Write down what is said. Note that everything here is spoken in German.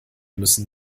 müssen